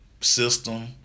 system